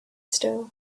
still